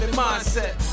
mindset